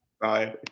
Bye